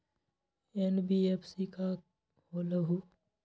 NBFC का होलहु?